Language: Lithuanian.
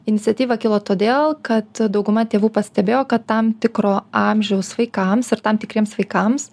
iniciatyva kilo todėl kad dauguma tėvų pastebėjo kad tam tikro amžiaus vaikams ir tam tikriems vaikams